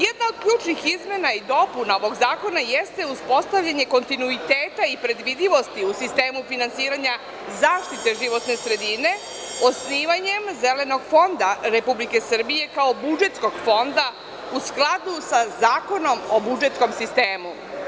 Jedna od ključnih izmena i dopuna ovog zakona jeste uspostavljanje kontinuiteta i predvidivosti u sistemu finansiranja zaštite životne sredine, osnivanjem Zelenog fonda Republike Srbije, kao budžetskog fonda u skladu sa Zakonom o budžetskom sistemu.